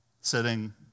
sitting